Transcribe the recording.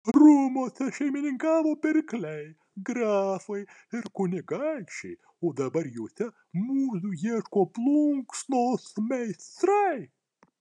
rūmuose šeimininkavo pirkliai grafai ir kunigaikščiai o dabar juose mūzų ieško plunksnos meistrai